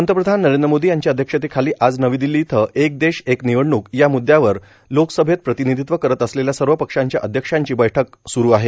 पंतप्रधान नरेंद्र मोदी यांच्या अध्यक्षतेखाली आज नवी दिल्ली इथं एक देश एक निवडणूक या मुद्यावर लोकसभेत प्रतिनिधित्व करत असलेल्या सर्व पक्षांच्या अध्यक्षांची बैठक स्रू आहे